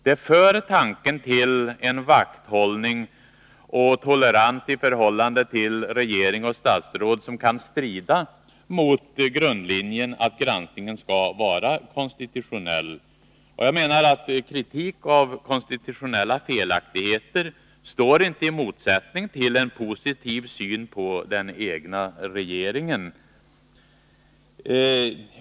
Det för tanken till en vakthållning och tolerans i förhållande till regering och statsråd som kan strida mot grundlinjen att granskningen skall vara konstitutionell. Jag menar att kritik av konstitutionella felaktigheter inte står i motsättning tillen positiv syn på den egna regeringen.